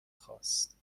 خاست